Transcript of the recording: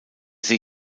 see